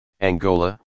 Angola